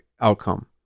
outcome